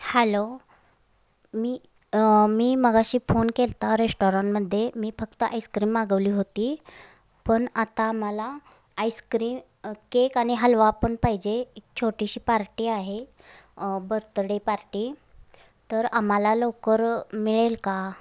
hello मी मी मघाशी फोन केला होता रेस्टॉरंटमध्ये मी फक्त आइसक्रीम मागवली होती पण आता मला आइसक्री केक आणि हलवा पण पाहिजे एक छोटीशी पार्टी आहे बर्थडे पार्टी तर आम्हाला लवकर मिळेल का